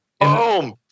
boom